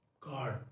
God